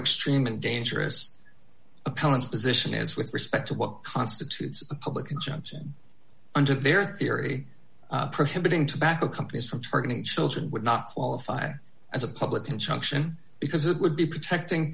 extreme and dangerous opponents position is with respect to what constitutes a public injunction under their theory prohibiting tobacco companies from targeting children would not qualify as a public consumption because it would be protecting